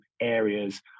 areas